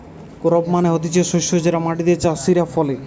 crop মানে হতিছে শস্য যেটা মাটিতে চাষীরা ফলে